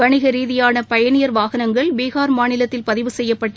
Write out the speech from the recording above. வணிக ரீதியான பயணியர் வாகனங்கள் பீகார் மாநிலத்தில் பதிவு செய்யப்பட்டு